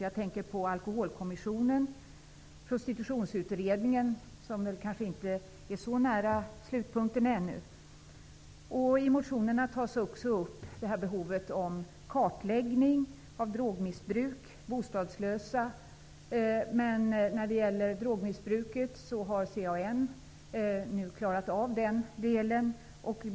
Jag tänker på Prostitutionsutredningen, som kanske inte är så nära slutpunkten ännu. I motionerna tas också behovet av kartläggning av drogmissbruk och bostadslösa upp. När det gäller drogmissbruket har CAN klarat av den delen nu.